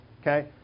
okay